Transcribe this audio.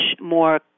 more